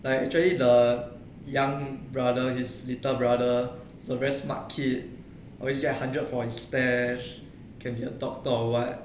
like actually the young brother his little brother was very smart kid always get hundred for his test can be a doctor or what